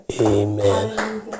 Amen